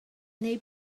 neu